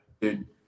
Dude